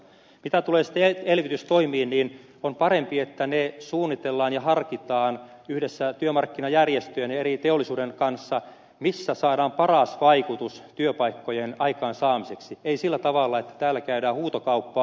mitä tulee elvytystoimiin niin on parem pi että ne suunnitellaan ja harkitaan yhdessä työmarkkinajärjestöjen ja eri teollisuudenalojen kanssa missä saadaan paras vaikutus työpaikkojen aikaansaamiseksi ei sillä tavalla että täällä käydään huutokauppaa